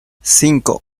cinco